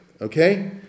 Okay